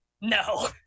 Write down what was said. no